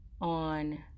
on